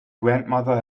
grandmother